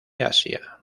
asia